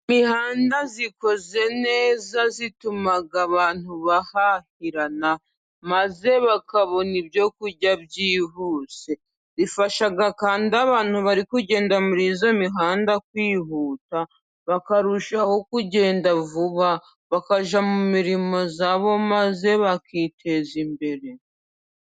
Imihanda ikoze neza ituma abantu bahahirana, maze bakabona ibyo kurya byihuse, ifasha kandi abantu bari kugenda muri iyo mihanda kwihuta, bakarushaho kugenda vuba bakajya mu mirimo yabo, maze bakiteza imbere.